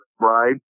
right